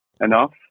enough